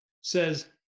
says